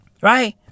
right